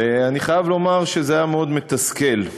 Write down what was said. ואני חייב לומר שזה היה מתסכל מאוד,